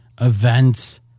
events